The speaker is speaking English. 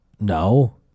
No